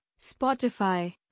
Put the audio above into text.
Spotify